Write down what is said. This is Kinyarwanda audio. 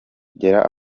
kugera